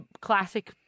classic